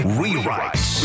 rewrites